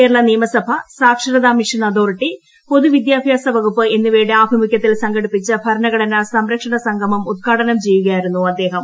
കേരള നിയമസഭ സാക്ഷരതാ mission authority പൊതുവിദ്യാഭ്യാസ വകുപ്പ് എന്നിവയുടെ ആഭിമൂഖ്യത്തിൽ ചേർന്ന് സംഘടിപ്പിച്ച ഭരണഘടനാ സംരക്ഷണ് സ്ൻഗമം ഉദ്ഘാടനം ചെയ്യുകയായിരുന്നു അദ്ദേഹം